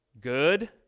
Good